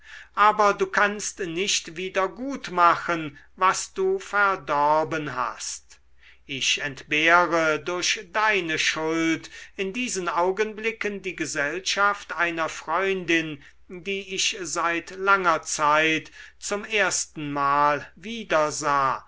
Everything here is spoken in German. aber du kannst nicht wiedergutmachen was du verdorben hast ich entbehre durch deine schuld in diesen augenblicken die gesellschaft einer freundin die ich seit langer zeit zum erstenmal wiedersah